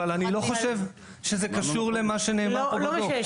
אבל אני לא חושב שזה קשור למה שנאמר פה בדוח.